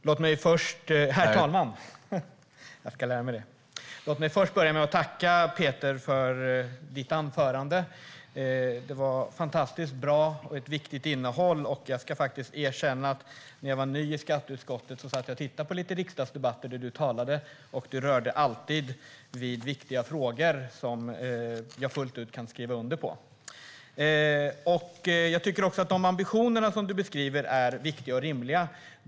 Herr talman! Låt mig först tacka Peter Persson för hans anförande. Det var ett fantastiskt bra och viktigt innehåll. Jag ska faktiskt erkänna att när jag var ny i skatteutskottet tittade jag på riksdagsdebatter där Peter Persson talade, och han rörde alltid vid viktiga frågor som jag fullt ut kan skriva under på.De ambitioner som Peter Persson beskriver är viktiga och rimliga.